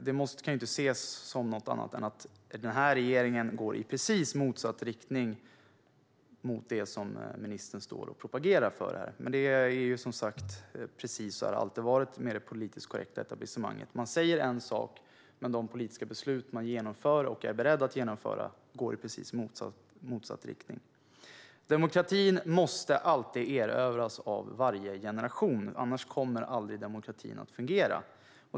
Detta kan inte ses som något annat än att denna regering går i en riktning som är rakt motsatt det som ministern står och propagerar för. Men det är precis så det alltid har varit med det politiskt korrekta etablissemanget: Man säger en sak, men de politiska beslut man genomför och är beredd att genomföra går i precis motsatt riktning. Demokratin måste alltid erövras av varje generation, annars kommer den aldrig att fungera.